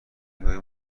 میای